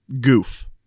goof